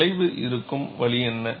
வளைவு இருக்கும் வழி என்ன